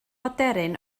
aderyn